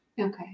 Okay